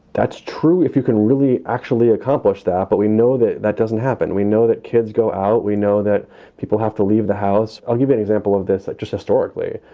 that's true. if you can really actually accomplish that. but we know that that doesn't happen. we know that kids go out. we know that people have to leave the house. i'll give an example of this. just historically,